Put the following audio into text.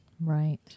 Right